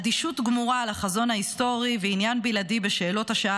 אדישות גמורה לחזון ההיסטורי ועניין בלעדי בשאלות השעה